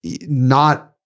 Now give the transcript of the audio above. not-